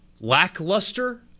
lackluster